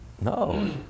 No